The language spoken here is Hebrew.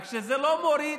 רק שזה לא מוריד,